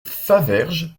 faverges